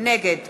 נגד